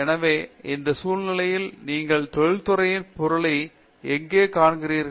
எனவே இந்த சூழ்நிலையில் நீங்கள் தொழிற்துறையின் பொருளை எங்கே காண்கிறீர்கள்